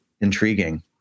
intriguing